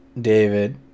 David